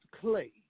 clay